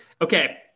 Okay